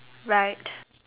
right